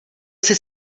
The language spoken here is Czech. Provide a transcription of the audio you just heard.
jsi